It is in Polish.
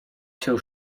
się